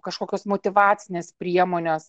kažkokios motyvacinės priemonės